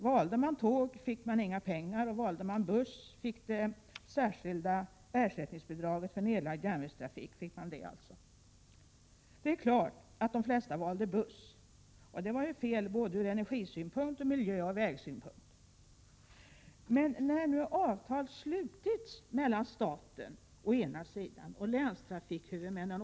De som valde tåg fick inga pengar, och de som valde buss fick det särskilda ersättningsbidraget för nedlagd järnvägstrafik. Det är klart att de flesta valde buss. Det var felaktigt ur både energisynpunkt och miljöoch vägsynpunkt. När avtal nu har slutits mellan staten å ena sidan och länstrafikhuvudmän = Prot.